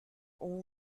all